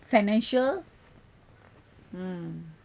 financial mm